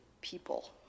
people